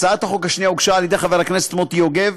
הצעת החוק השנייה הוגשה על ידי חבר הכנסת מוטי יוגב,